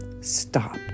Stop